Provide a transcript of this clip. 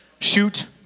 shoot